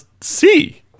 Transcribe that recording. see